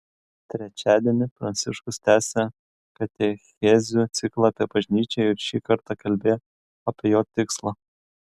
trečiadienį pranciškus tęsė katechezių ciklą apie bažnyčią ir šį kartą kalbėjo apie jo tikslą